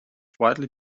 widely